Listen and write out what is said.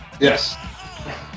Yes